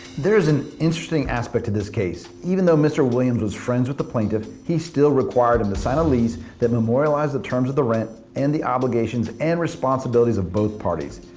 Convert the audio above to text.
there's an interesting aspect to this case. even though mr. williams was friends with the plaintiff, he still required him to sign a lease that memorialized the terms of the rent and the obligations and responsibilities of both parties.